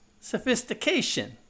sophistication